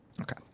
Okay